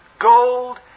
gold